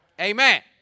Amen